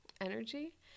energy